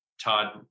Todd